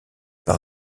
par